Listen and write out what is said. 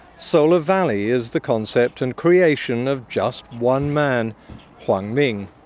solar valley is the concept and creation of just one man huang ming.